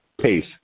pace